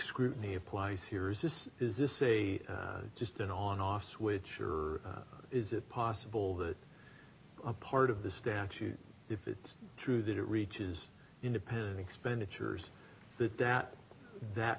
scrutiny applies here is this is this a just an on off switch or is it possible that a part of the statute if it's true that it reaches independent expenditures that that that